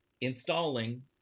installing